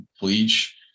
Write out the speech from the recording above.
bleach